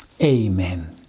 Amen